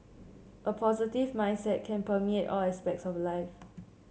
a positive mindset can permeate all aspects of life